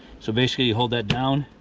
so basically you hold that down,